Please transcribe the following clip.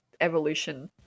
evolution